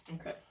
Okay